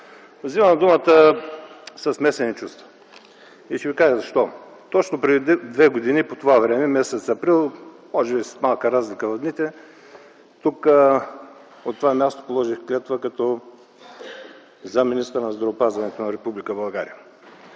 Взимам думата със смесени чувства и ще ви кажа защо. Точно преди две години по това време, м. април, може би с малка разлика в дните, тук, от това място, положих клетва като заместник-министър на здравеопазването на Република България.